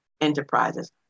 enterprises